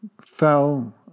fell